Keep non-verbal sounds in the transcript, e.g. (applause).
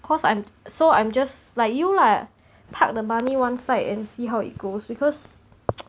cause I'm so I'm just like you lah park the money one site and see how it goes because (noise)